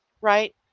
right